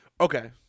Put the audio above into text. Okay